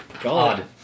God